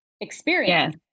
experience